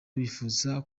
bifuza